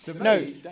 No